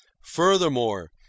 Furthermore